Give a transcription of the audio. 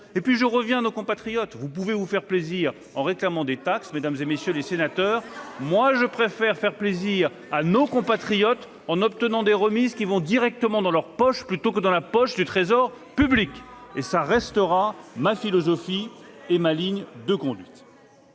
aux difficultés des Français. Vous pouvez vous faire plaisir en réclamant des taxes, mesdames, messieurs les sénateurs. Je préfère faire plaisir à nos compatriotes en obtenant des remises qui vont directement dans leurs poches, plutôt que dans celles du Trésor public ! Cela restera ma philosophie et ma ligne de conduite.